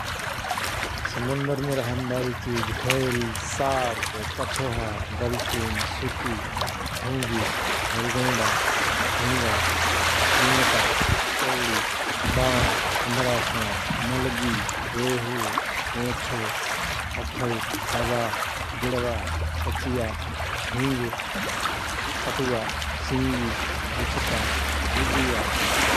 समुन्दरमे हरनबारी चिझ ह्वयल सार्क कछोहा, डल्फीन, सुति, घौंघी, जलगैंडा, झिगा, गिंगटा, कौणि, बाम, अँधरा साँप, मलगी, रोहु, गोंछो, पखै, रवा, डिणवा, लचिया, झिंगुर, कटुवा, सिंगी, गुछटा, गुजिया ।